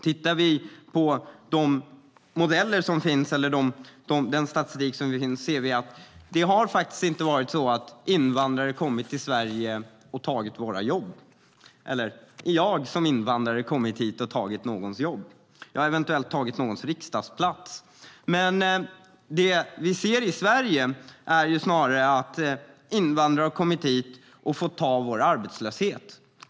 Om vi tittar på den statistik som finns ser vi att det inte har varit så att invandrare har kommit till Sverige och tagit våra jobb eller att jag som invandrare har kommit hit och tagit någons jobb. Jag har eventuellt tagit någons riksdagsplats. Det vi ser i Sverige är snarare att invandrare har kommit hit och fått ta vår arbetslöshet.